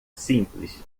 simples